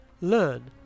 learn